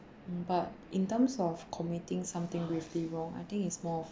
mm but in terms of committing something gravely wrong I think it's more of